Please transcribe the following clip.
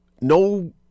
no